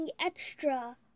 extra